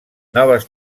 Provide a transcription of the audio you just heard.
noves